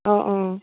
অঁ অঁ